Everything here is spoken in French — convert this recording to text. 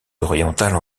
orientales